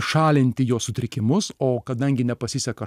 šalinti jo sutrikimus o kadangi nepasiseka